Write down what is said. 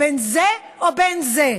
בין זה או בין זה?